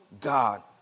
God